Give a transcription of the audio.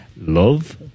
Love